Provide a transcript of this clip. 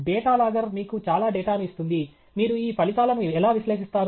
data logger మీకు చాలా డేటాను ఇస్తుంది మీరు ఈ ఫలితాలను ఎలా విశ్లేషిస్తారు